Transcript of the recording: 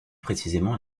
précisément